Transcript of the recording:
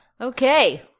Okay